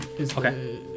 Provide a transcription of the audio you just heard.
Okay